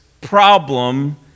problem